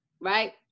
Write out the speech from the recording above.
Right